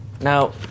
Now